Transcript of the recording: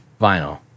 Vinyl